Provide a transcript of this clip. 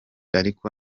ariko